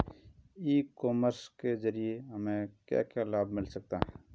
ई commerce के ज़रिए हमें क्या क्या लाभ मिल सकता है?